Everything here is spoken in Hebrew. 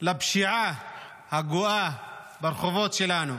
ולפשיעה הגואה ברחובות שלנו.